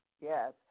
yes